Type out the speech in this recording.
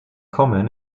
common